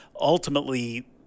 ultimately